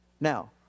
Now